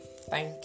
Thank